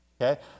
okay